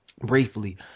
briefly